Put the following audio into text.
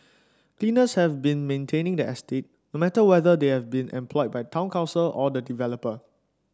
cleaners have been maintaining the estate no matter whether they were by the town council or the developer